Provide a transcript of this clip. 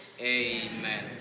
Amen